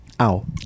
Ow